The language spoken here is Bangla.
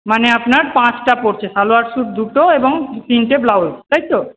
মানে আপনার পাঁচটা পড়ছে সালোয়ার স্যুট দুটো এবং তিনটে ব্লাউজ তাই তো